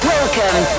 Welcome